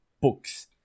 books